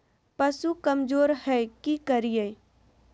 पशु कमज़ोर है कि करिये?